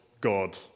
God